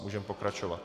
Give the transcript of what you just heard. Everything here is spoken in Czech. Můžeme pokračovat.